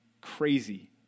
crazy